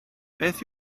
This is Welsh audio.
beth